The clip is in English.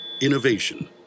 Innovation